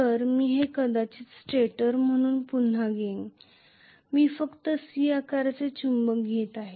तर मी हे कदाचित स्टेटर म्हणून पुन्हा घेईन मी फक्त C आकाराचे चुंबक घेत आहे